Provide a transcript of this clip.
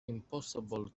impossible